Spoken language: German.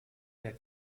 der